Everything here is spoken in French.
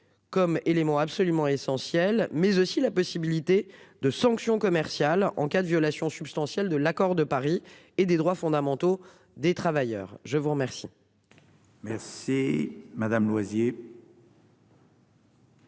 comme élément absolument essentiel mais aussi la possibilité de sanctions commerciales en cas de violation substantielle de l'accord de Paris et des droits fondamentaux des travailleurs. Je vous remercie. Mais c'est Madame Loisier.